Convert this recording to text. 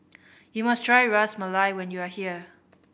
you must try Ras Malai when you are here